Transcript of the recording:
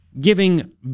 giving